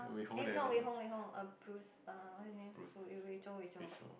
eh no Wei-Hong Wei-Hong err Bruce err what his name Wei-Zhou Wei-Zhou